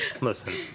listen